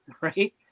right